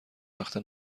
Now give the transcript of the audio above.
وقت